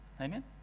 Amen